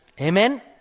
Amen